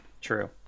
True